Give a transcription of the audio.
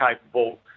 capable